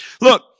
Look